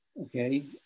okay